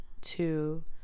two